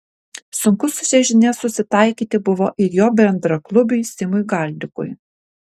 sunku su šia žinia susitaikyti buvo ir jo bendraklubiui simui galdikui